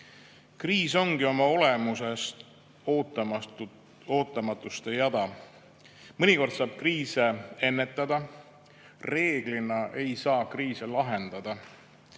Kriis ongi oma olemuselt ootamatuste jada. Mõnikord saab kriise ennetada. Reeglina ei saa kriise lahendada,